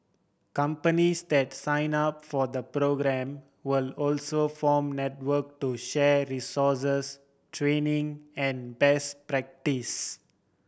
companies that sign up for the programme will also form network to share resources training and best practice